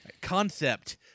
Concept